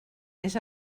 més